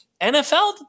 NFL